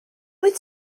wyt